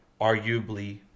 arguably